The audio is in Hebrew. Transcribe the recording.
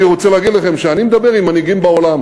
אני רוצה להגיד לכם שאני מדבר עם מנהיגים בעולם,